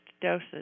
doses